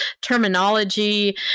terminology